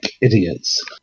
idiots